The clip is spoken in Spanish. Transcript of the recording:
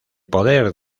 poder